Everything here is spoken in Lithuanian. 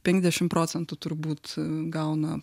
penkiasdešimt procentų turbūt gauna